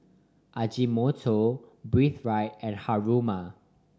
Ajinomoto Breathe Right and Haruma